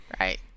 right